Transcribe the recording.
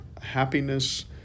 happiness